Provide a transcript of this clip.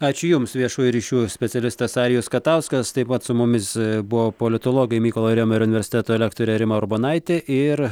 ačiū jums viešųjų ryšių specialistas arijus katauskas taip pat su mumis buvo politologai mykolo riomerio universiteto lektorė rima urbonaitė ir